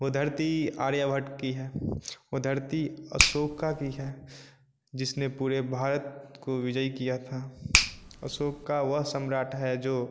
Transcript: वह धरती आर्यभट्ट की है वह धरती अशोका की है जिसने पूरे भारत को विजयी किया था अशोका वह सम्राट है जो